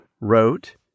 wrote